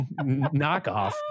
knockoff